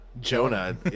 Jonah